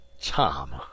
Tom